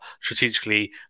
strategically